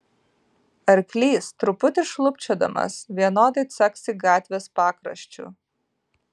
arklys truputį šlubčiodamas vienodai caksi gatvės pakraščiu